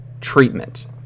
treatment